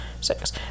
six